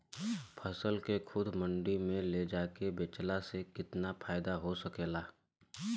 फसल के खुद मंडी में ले जाके बेचला से कितना फायदा हो सकेला?